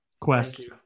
quest